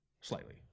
slightly